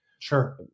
Sure